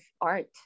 art